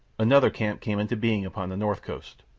another camp came into being upon the north coast.